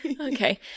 Okay